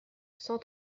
cent